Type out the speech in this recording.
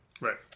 Right